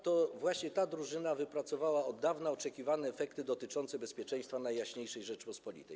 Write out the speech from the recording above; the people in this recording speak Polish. To właśnie ta drużyna wypracowała od dawna oczekiwane efekty dotyczące bezpieczeństwa Najjaśniejszej Rzeczypospolitej.